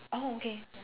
oh okay ya